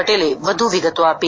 પટેલે વધુ વિગતો આપી